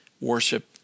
worship